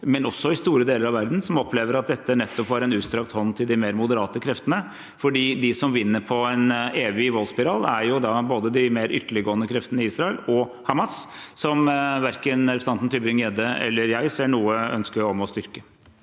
og også i store deler av verden som opplever at dette nettopp var en utstrakt hånd til de mer moderate kreftene, fordi de som vinner på en evig voldsspiral, er både de mer ytterliggående kreftene i Israel og Hamas, som verken representanten Tybring-Gjedde eller jeg har noe ønske om å styrke.